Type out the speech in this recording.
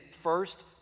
first